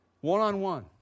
one-on-one